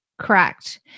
Correct